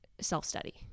self-study